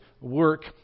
work